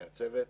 מהצוות,